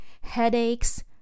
headaches